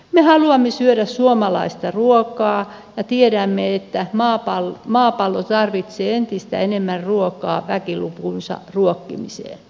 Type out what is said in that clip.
me haluamme syödä suomalaista ruokaa ja tiedämme että maapallo tarvitsee entistä enemmän ruokaa väkilukunsa ruokkimiseen